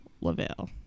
lavelle